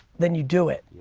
then you do it.